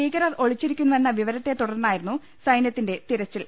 ഭീകരർ ഒളിച്ചിരിക്കുന്നുവെന്ന വിവരത്തെ തുടർന്നായിരുന്നു സൈനൃത്തിന്റെ തെരച്ചിൽ